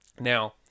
Now